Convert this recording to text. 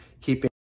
keeping